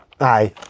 Aye